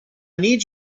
need